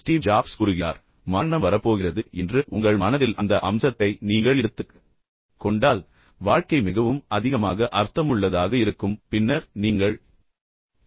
Steve Jobs கூறுகிறார் மரணம் வரப்போகிறது என்று உங்கள் மனதில் அந்த அம்சத்தை நீங்கள் எடுத்துக் கொண்டால் வாழ்க்கை மிகவும் அதிகமாக அர்த்தமுள்ளதாக இருக்கும் பின்னர் நீங்கள் பொருத்தமான விஷயங்களை மட்டுமே செய்யத் தொடங்குவீர்கள்